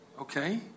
Okay